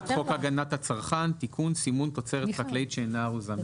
הצעת חוק הגנת הצרכן (תיקון סימון תוצרת חקלאית שאינה ארוזה מראש).